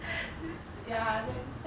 ya then but not bad 这么想就看到 from you also